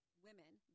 women